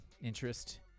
interest